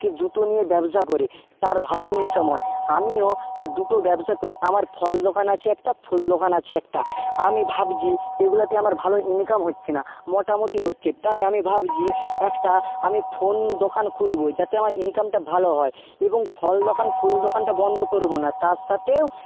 সে জুতো নিয়ে ব্যবসা করে তার ভালো ইনকাম হয় আমিও দুটো ব্যবসা করি আমার ফল দোকান আছে একটা ফুল দোকান আছে একটা আমি ভাবছি এইগুলাতে আমার ভালো ইনকাম হচ্ছে না মটামুটি হচ্ছে তাই আমি ভাবছি একটা আমি ফোন দোকান খুলব যাতে আমার ইনকামটা ভালো হয় এবং ফল দোকান ফুল দোকানটা বন্ধ করব না তার সাথেও